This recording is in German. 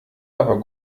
aber